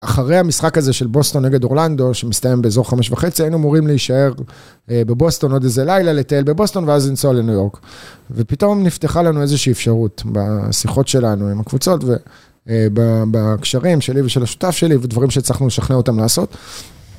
אחרי המשחק הזה של בוסטון נגד אורלנדו, שמסתיים באזור חמש וחצי, היינו אמורים להישאר בבוסטון עוד איזה לילה, לטייל בבוסטון, ואז לנסוע לניו יורק. ופתאום נפתחה לנו איזושהי אפשרות בשיחות שלנו עם הקבוצות, ובקשרים שלי ושל השותף שלי, ודברים שהצלחנו לשכנע אותם לעשות.